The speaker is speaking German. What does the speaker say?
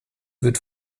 wird